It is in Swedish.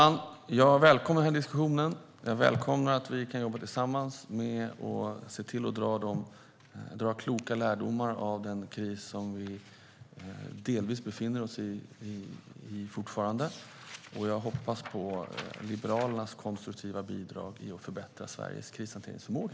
Herr talman! Jag välkomnar diskussionen. Jag välkomnar att vi kan jobba tillsammans med att se till att dra kloka lärdomar av den kris som vi delvis fortfarande befinner oss i. Jag hoppas på Liberalernas konstruktiva bidrag när det gäller att förbättra Sveriges krishanteringsförmåga.